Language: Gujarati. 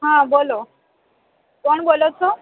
હાં બોલો કોણ બોલો છો